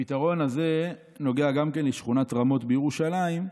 הפתרון הזה נוגע גם לשכונת רמות בירושלים,